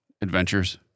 adventures